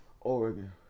Oregon